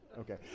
Okay